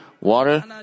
water